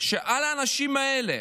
שעל האנשים האלה